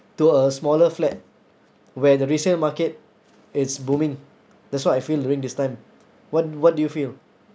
to a smaller flat where the resale market is booming that's what I feel during this time what what do you feel